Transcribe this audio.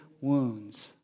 wounds